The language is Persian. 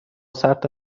سرد